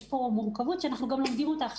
יש פה מורכבות שאנחנו לומדים אותה.